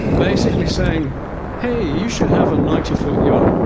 basically saying hey, you should have a ninety foot yacht, and